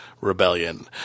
rebellion